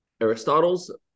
Aristotle's